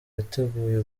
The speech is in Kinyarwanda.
yateguye